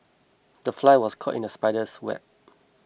the fly was caught in the spider's web